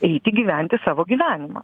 eiti gyventi savo gyvenimą